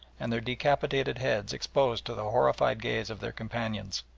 and their decapitated heads exposed to the horrified gaze of their companions.